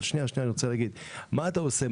אני רוצה להגיד: מה אתה עושה?